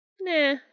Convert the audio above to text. Nah